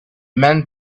men